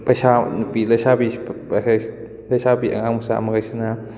ꯄꯩꯁꯥ ꯅꯨꯄꯤ ꯂꯩꯁꯥꯕꯤ ꯂꯩꯁꯥꯕꯤ ꯑꯉꯥꯡ ꯃꯆꯥ ꯃꯈꯩꯁꯤꯅ